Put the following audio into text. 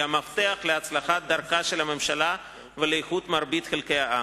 המפתח להצלחת דרכה של הממשלה ולאיחוד מרבית חלקי העם.